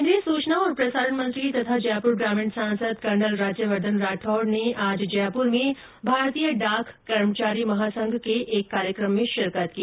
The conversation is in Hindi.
केन्द्रीय सूचना और प्रसारण मंत्री तथा जयपुर ग्रामीण सांसद कर्नल राज्यवर्द्वन राठौड़ ने आज जयपुर में भारतीय डाक कर्मचारी महासंघ के एक कार्यक्रम में शिरकत की